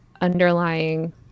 underlying